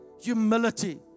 Humility